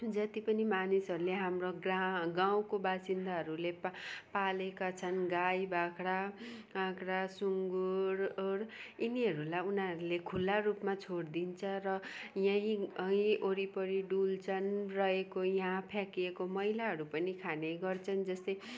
जति पनि मानिसहरूले हाम्रो ग्रा गाउँको बासिन्दाहरूले पा पालेका छन् गाई बाख्रा बाख्रा सुँगुर उर यिनीहरूलाई उनीहरूले खुल्ला रूपमा छोडिदिन्छ र यहीँ यहीँ वरिपरी डुल्छन् रहेको यहाँ फ्याँकिएको मैलाहरू पनि खाने गर्छन् जस्तै